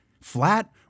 flat